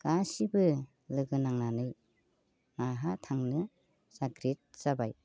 गासैबो लोगो नांनानै नाहा थांनो साग्रिद जाबाय